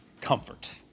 comfort